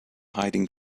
hiding